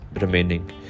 remaining